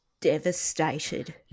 devastated